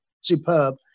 Superb